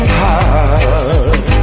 heart